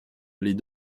les